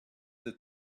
that